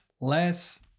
less